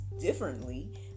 differently